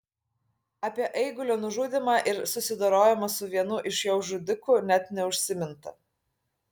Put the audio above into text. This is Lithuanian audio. apie eigulio nužudymą ir susidorojimą su vienu iš jo žudikų net neužsiminta